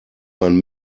man